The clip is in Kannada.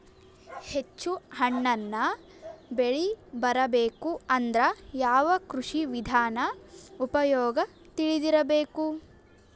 ಹೆಚ್ಚು ಹಣ್ಣನ್ನ ಬೆಳಿ ಬರಬೇಕು ಅಂದ್ರ ಯಾವ ಕೃಷಿ ವಿಧಾನ ಉಪಯೋಗ ತಿಳಿದಿರಬೇಕು?